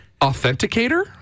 Authenticator